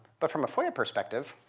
but from a foia perspective,